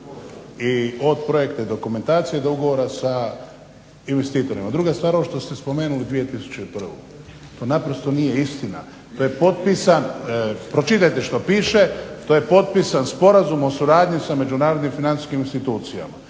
i od projektne dokumentacije do ugovora sa investitora. Druga stvar, ovo što ste spomenuli 2001. To naprosto nije istina, to je potpisan, pročitajte što piše, to je potpisan Sporazum o suradnji sa međunarodnim financijskim institucijama,